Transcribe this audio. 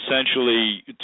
essentially